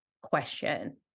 question